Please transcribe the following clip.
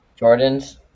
Jordans